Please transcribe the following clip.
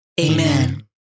Amen